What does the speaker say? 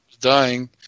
dying